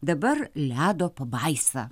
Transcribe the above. dabar ledo pabaisa